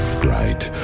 fright